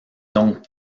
donc